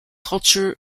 culture